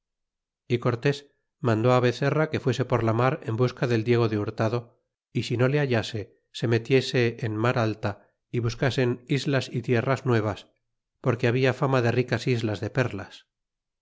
y cortés mandó bezerra que fuese por la mar en busca del diego de hurtado y si no le hallase se metiese en mar alta y buscasen islas y tierras nuevas porque habia fania de ricas islas de perlas y